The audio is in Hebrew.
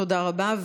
תודה רבה.